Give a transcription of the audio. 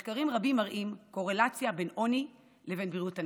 מחקרים רבים מראים קורלציה בין עוני לבין בריאות הנפש.